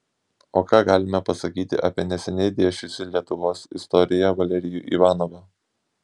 o ką galime pasakyti apie neseniai dėsčiusį lietuvos istoriją valerijų ivanovą